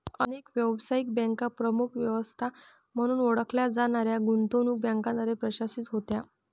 अनेक व्यावसायिक बँका प्रमुख व्यवस्था म्हणून ओळखल्या जाणाऱ्या गुंतवणूक बँकांद्वारे प्रशासित होत्या